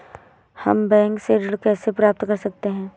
हम बैंक से ऋण कैसे प्राप्त कर सकते हैं?